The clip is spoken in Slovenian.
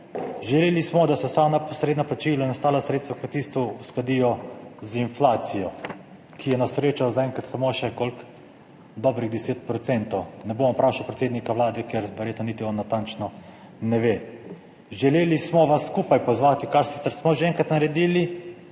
Želeli smo, da se vsa neposredna plačila in ostala sredstva v kmetijstvu uskladijo z inflacijo, ki je na srečo zaenkrat samo še koliko…, dobrih 10 %. Ne bom vprašal predsednika Vlade, ker verjetno niti on natančno ne ve. Želeli smo vas skupaj pozvati, kar sicer smo že enkrat naredili,